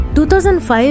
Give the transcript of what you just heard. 2005